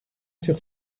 sur